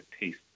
taste